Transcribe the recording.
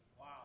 Wow